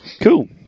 Cool